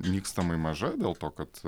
nykstamai maža dėl to kad